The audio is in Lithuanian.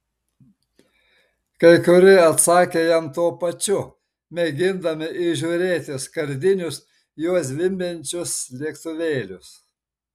kai kurie atsakė jam tuo pačiu mėgindami įžiūrėti skardinius juo zvimbiančius lėktuvėlius